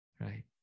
right